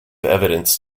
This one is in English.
evidence